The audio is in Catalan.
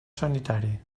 sanitari